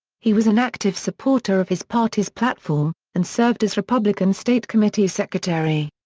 he was an active supporter of his party's platform, and served as republican state committee secretary.